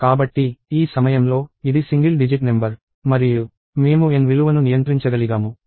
కాబట్టి ఈ సమయంలో ఇది సింగిల్ డిజిట్ నెంబర్ మరియు మేము n విలువను నియంత్రించగలిగాను